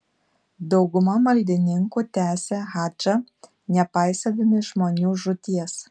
dauguma maldininkų tęsė hadžą nepaisydami žmonių žūties